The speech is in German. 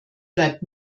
bleibt